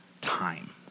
time